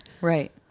Right